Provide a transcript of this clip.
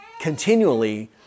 continually